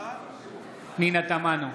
פנינה תמנו,